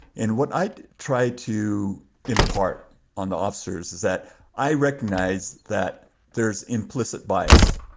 and what i try to impart on the officers is that i recognize that there's implicit bias.